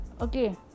okay